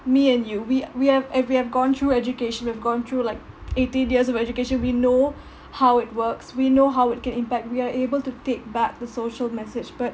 me and you we uh we have uh we have gone through education we have gone through like eighteen years of education we know how it works we know how it can impact we are able to take back the social message but